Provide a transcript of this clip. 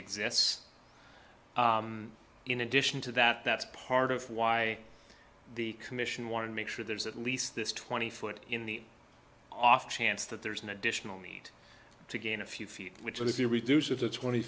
exists in addition to that that's part of why the commission want to make sure there's at least this twenty foot in the off chance that there's an additional need to gain a few feet which will be reduced to twenty